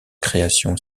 création